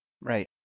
Right